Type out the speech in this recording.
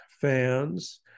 fans